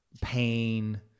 pain